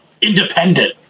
independent